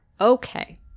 Okay